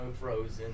Frozen